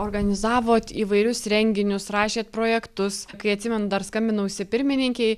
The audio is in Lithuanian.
organizavot įvairius renginius rašėt projektus kai atsimenu dar skambinausi pirmininkei